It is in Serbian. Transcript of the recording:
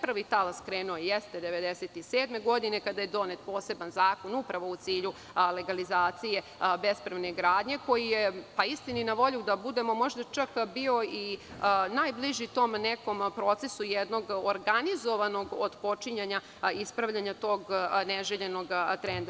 Prvi talas je krenuo 1997. godine, kada je donet poseban zakon, upravo u cilju legalizacije bespravne gradnje koji je, istini za volju, možda čak bio najbliži tom nekom procesu jednog organizovanog otpočinjanja ispravljanja tog neželjenog trenda.